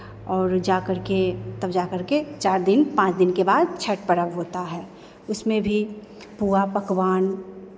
और जाकर के तब जाकर के चार दिन पाँच दिन के बाद छठ पर्व होता है उसमें भी पुआ पकवान